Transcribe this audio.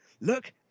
look